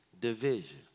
division